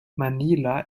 manila